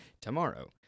Tomorrow